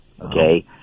Okay